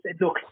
look